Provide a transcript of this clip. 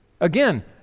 Again